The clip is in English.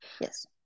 yes